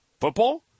football